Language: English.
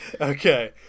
Okay